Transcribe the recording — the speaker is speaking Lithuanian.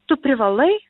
tu privalai